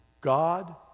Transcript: God